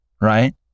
right